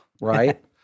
right